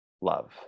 love